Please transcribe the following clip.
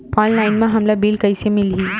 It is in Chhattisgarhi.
ऑनलाइन म हमला बिल कइसे मिलही?